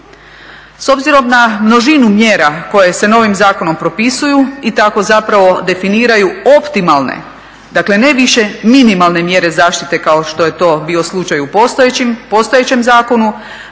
S obzirom na množinu mjera koje se novim zakonom propisuju i tako zapravo definiraju optimalne, dakle ne više minimalne mjere zaštite kao što je to bio slučaj u postojećem zakonu,